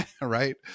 Right